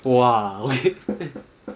!wah! okay